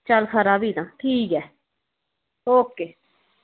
चल खरा भी तां ठीक ऐ ओक